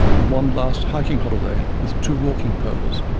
and one last hiking holiday with two walking poles,